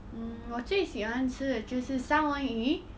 mm 我最喜欢吃的就是三文鱼